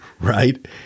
right